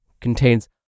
contains